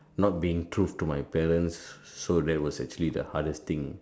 not being truth to my parents so that was actually the hardest thing